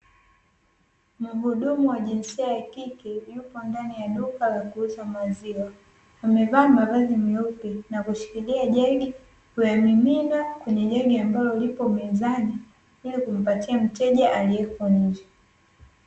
Mhudumu wa jinsia ya kike yupo ndani ya duka la kuuza maziwa, amevaa mavazi meupe na kushikilia jagi kuyamimina kwenye jagi, ambalo lipo mezani ili kumpatia mteja aliyeko nje.